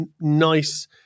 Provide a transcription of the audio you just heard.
nice